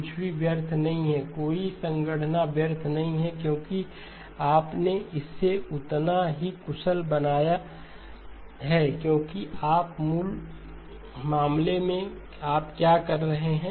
कुछ भी व्यर्थ नहीं है कोई संगणना व्यर्थ नहीं है क्योंकि आपने इसे उतना ही कुशल बनाया है क्योंकि आप मूल मामले में आप क्या कर रहे थे